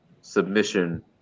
submission